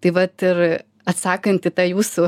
tai vat ir atsakant į tą jūsų